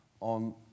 on